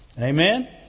Amen